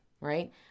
right